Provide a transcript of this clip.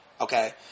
okay